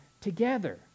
together